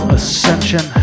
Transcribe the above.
Ascension